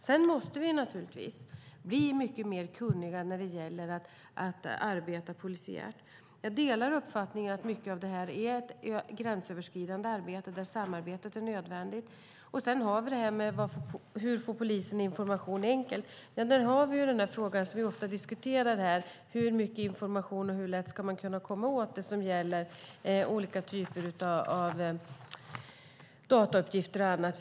Sedan måste vi naturligtvis bli mycket mer kunniga när det gäller att arbeta polisiärt. Jag delar uppfattningen att mycket av det här är ett gränsöverskridande arbete där samarbete är nödvändigt. Sedan har vi det här med hur polisen enkelt får information. Ja, där har vi den fråga som vi ofta diskuterar. Hur mycket information handlar det om, och hur lätt ska man kunna komma åt det som gäller olika typer av datauppgifter och annat?